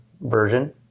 version